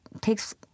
takes